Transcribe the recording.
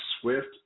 swift